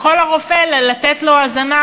יכול הרופא לתת לו הזנה,